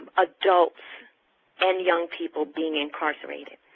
adults and young people being incarcerated.